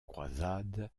croisade